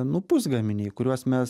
nu pusgaminiai kuriuos mes